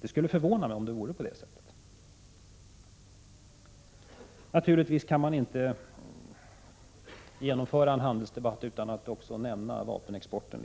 Det skulle förvåna mig om det vore på det sättet. Naturligtvis går det inte att genomföra en handelsdebatt utan att nämna vapenexporten.